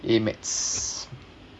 A mathematics